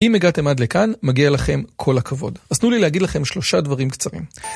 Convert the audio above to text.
אם הגעתם עד לכאן, מגיע לכם כל הכבוד. אז תנו לי להגיד לכם שלושה דברים קצרים.